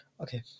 Okay